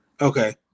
Okay